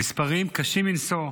המספרים קשים מנשוא.